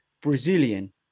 Brazilian